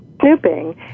snooping